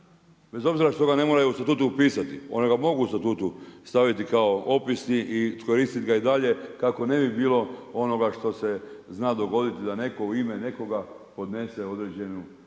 bez obzira što ga ne moraju u statutu upisati. One ga mogu u statutu staviti kao opisni i koristiti ga i dalje kako ne bi bilo onoga što se zna dogoditi da neko u ime nekoga podnese određenu primjedbu